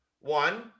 one